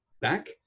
back